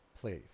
please